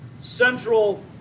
central